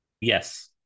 Yes